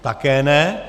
Také ne.